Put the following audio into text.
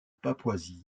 papouasie